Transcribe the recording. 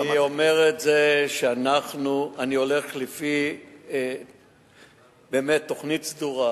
אני אומר את זה, שאני הולך באמת לפי תוכנית סדורה,